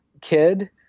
kid